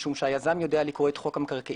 משום שהיזם יודע לקרוא את חוק המקרקעין,